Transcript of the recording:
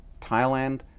Thailand